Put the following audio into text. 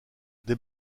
des